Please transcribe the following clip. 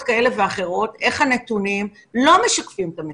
כאלה ואחרות איך הנתונים לא משקפים את המציאות.